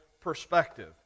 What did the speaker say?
perspective